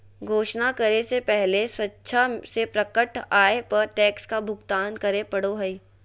घोषणा करे से पहले स्वेच्छा से प्रकट आय पर टैक्स का भुगतान करे पड़ो हइ